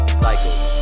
cycles